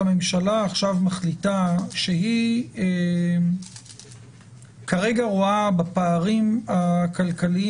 השאלה מחליטה עכשיו שהיא רואה כרגע בפערים הכלכליים